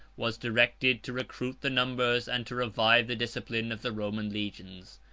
was directed to recruit the numbers, and to revive the discipline of the roman legions.